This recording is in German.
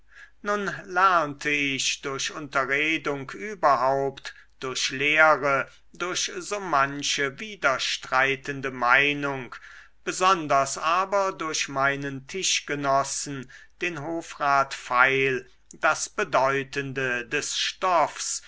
nun lernte ich durch unterredung überhaupt durch lehre durch so manche widerstreitende meinung besonders aber durch meinen tischgenossen den hofrat pfeil das bedeutende des stoffs